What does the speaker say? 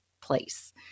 place